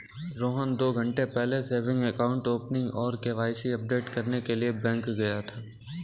रोहन दो घन्टे पहले सेविंग अकाउंट ओपनिंग और के.वाई.सी अपडेट करने के लिए बैंक गया था